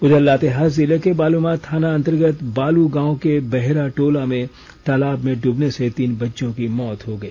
उधर लातेहार जिले के बालूमाथ थाना अंतर्गत बालू गांव के बहेरा टोला में तालाब में डूबने से तीन बच्चों की मौत हो गई